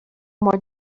more